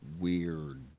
weird